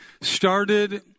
started